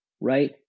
right